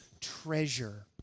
treasure